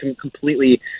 completely